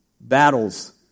battles